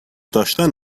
داشتن